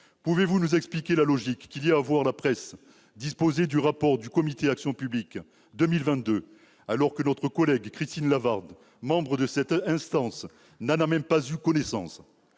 Pouvez-vous nous expliquer par quelle logique la presse dispose du rapport du Comité Action publique 2022, alors que notre collègue Christine Lavarde, membre de cette instance, n'en a même pas eu connaissance ?